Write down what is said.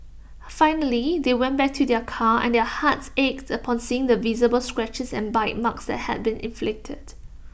finally they went back to their car and their hearts ached upon seeing the visible scratches and bite marks that had been inflicted